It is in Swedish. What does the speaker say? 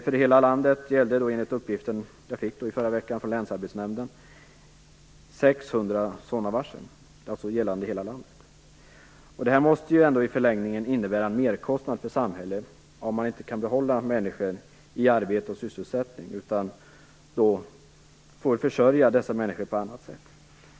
För hela landet gäller det, enligt en uppgift jag fick från länsarbetsnämnden i förra veckan, 600 sådana varsel. Det måste i förlängningen innebära en merkostnad för samhället om man inte kan behålla människor i arbete och sysselsättning utan får försörja dem på annat sätt.